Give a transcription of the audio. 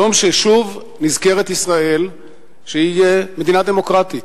יום ששוב נזכרת ישראל שהיא מדינה דמוקרטית,